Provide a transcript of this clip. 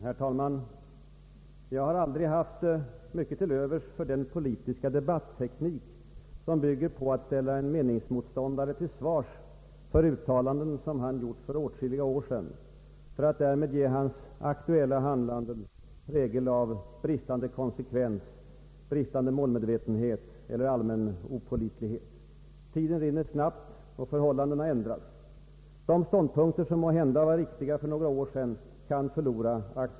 Herr talman! Jag har aldrig haft mycket till övers för den politiska debatteknik som bygger på att ställa en meningsmotståndare till svars för uttalanden som han gjort för åtskilliga år sedan, för att därmed ge hans aktuella handlande prägel av bristande konsekvens, bristande målmedvetenhet och allmän opålitlighet. Tiden rinner snabbt och förhållandena ändras. De ståndpunkter som måhända var riktiga för några år sedan kan förlora aktualitet.